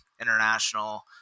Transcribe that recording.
international